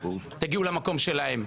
תגיעו למקום שלהם,